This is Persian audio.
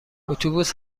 اتوبوس